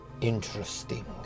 Interesting